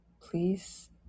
please